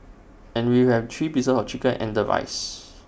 and we have three pieces of chicken and the rice